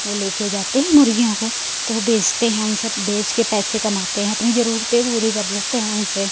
वो ले के जाते हैं मुर्गियों को तो वो बेचते हैं उनसे बेच के पैसे कमाते हैं अपनी जरूरतें पूरी कर लेते हैं उनसे